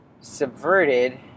subverted